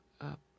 up